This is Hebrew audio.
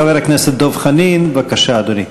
חבר הכנסת דב חנין, בבקשה, אדוני.